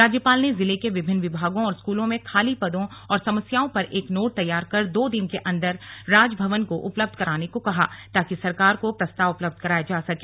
राज्यपाल ने जिले के विभिन्न विभागों और स्कूलों में खाली पदों और समस्याओं पर एक नोट तैयार कर दो दिन के अंदर राजभवन को उपलब्ध कराने को कहा ताकि सरकार को प्रस्ताव उपलब्ध कराया जा सके